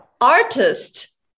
artist